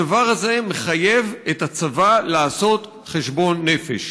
הדבר הזה מחייב את הצבא לעשות חשבון נפש.